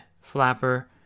flapper